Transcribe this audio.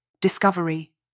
discovery